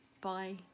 Bye